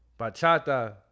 bachata